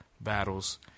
battles